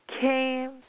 came